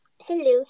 Hello